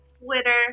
Twitter